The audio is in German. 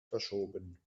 verschoben